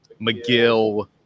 McGill